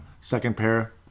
second-pair